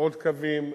עוד קווים